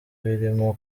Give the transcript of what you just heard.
birimo